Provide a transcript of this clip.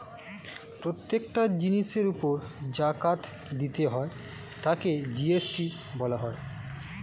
প্রত্যেকটা জিনিসের উপর জাকাত দিতে হয় তাকে জি.এস.টি বলা হয়